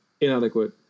Inadequate